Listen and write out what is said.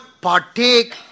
partake